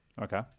Okay